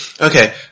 Okay